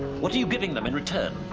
what are you giving them in return?